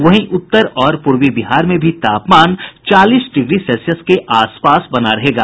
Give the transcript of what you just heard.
वहीं उत्तर और पूर्वी बिहार में भी तापमान चालीस डिग्री के आसपास बना रहेगा